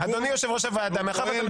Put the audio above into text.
הוא פועל בצורה ממלכתית.